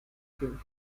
ciencia